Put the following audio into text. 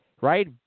right